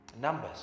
numbers